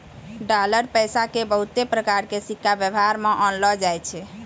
dollar पैसा के बहुते प्रकार के सिक्का वेवहार मे आनलो जाय छै